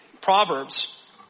Proverbs